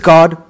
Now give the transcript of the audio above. God